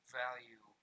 value